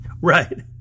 right